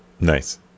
Nice